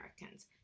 Americans